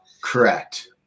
Correct